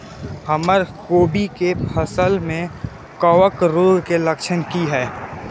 हमर कोबी के फसल में कवक रोग के लक्षण की हय?